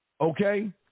okay